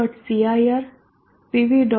cir pv